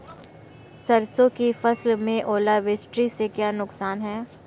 सरसों की फसल में ओलावृष्टि से क्या नुकसान है?